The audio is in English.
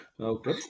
Okay